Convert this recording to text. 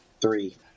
Three